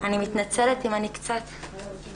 אני מתנצלת אם אני קצת מתרגשת.